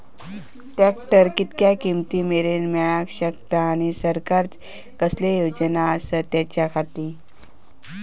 Tractor कितक्या किमती मरेन मेळाक शकता आनी सरकारचे कसले योजना आसत त्याच्याखाती?